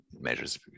measures